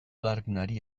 alargunari